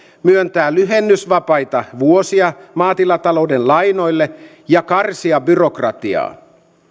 myöntää lyhennysvapaita vuosia maatilatalouden lainoille ja karsia byrokratiaa